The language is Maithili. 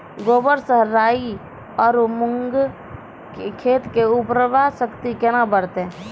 गोबर से राई आरु मूंग खेत के उर्वरा शक्ति केना बढते?